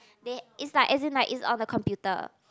they it's like as in like it's on a computer